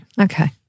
Okay